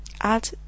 add